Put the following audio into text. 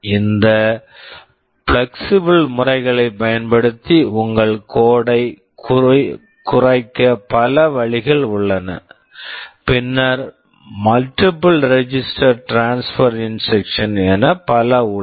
இந்த flexible flexible முறைகளைப் பயன்படுத்தி உங்கள் கோட் code ஐக் குறைக்க பல வழிகள் உள்ளன பின்னர் multiple register transfer instructions multiple register transfer instructions கள் என பல உள்ளன